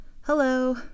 hello